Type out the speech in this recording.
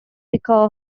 deco